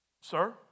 Sir